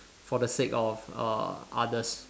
for the sake of uh others